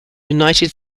united